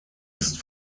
ist